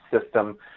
system